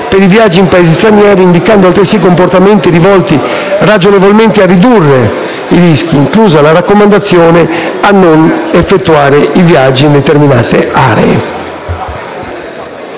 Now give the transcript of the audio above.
per i viaggi in Paesi stranieri, indicando altresì comportamenti rivolti ragionevolmente a ridurre i rischi, inclusa la raccomandazione a non effettuare viaggi in determinate aree.